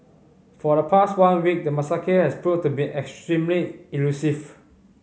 for the past one week the macaque has proven to be extremely elusive